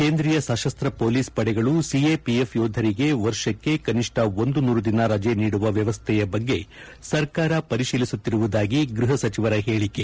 ಕೇಂದ್ರೀಯ ಸಶಸ್ತ್ರ ಪೊಲೀಸ್ ಪಡೆಗಳು ಸಿಎಪಿಎಫ್ ಯೋಧರಿಗೆ ವರ್ಷಕ್ಕೆ ಕನಿಷ್ಣ ಒಂದು ನೂರು ದಿನ ರಜೆ ನೀಡುವ ವ್ಯವಸ್ದೆಯ ಬಗ್ಗೆ ಸರ್ಕಾರ ಪರಿಶೀಲಿಸುತ್ತಿರುವುದಾಗಿ ಗ್ಬಹ ಸಚಿವರ ಹೇಳಿಕೆ